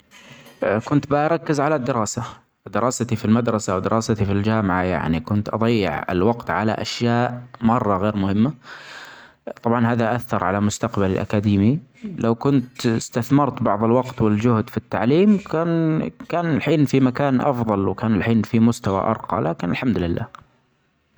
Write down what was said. كنت بركز علي الدراسة دراستي في المدرسة ودراستي في الجامعة يعني كنت أضيع الوقت علي أشياء مرة غير مهمة ، طبعا هذا أثر علي مستقبلي الأكاديمي ، لو كنت أثتسمرت بعض الوقت والجهد في التعليم ، كان- كان الحين في لامكان أفظل ،وكان ألحين في مستوي أرقي لكن الحمد لله.